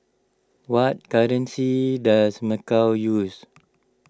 what currency does Macau use